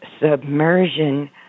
submersion